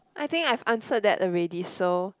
I think I have answered that already so